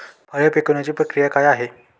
फळे पिकण्याची प्रक्रिया काय आहे?